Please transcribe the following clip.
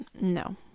No